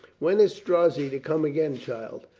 when is strozzi to come again, child?